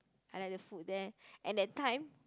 I like the food there and that time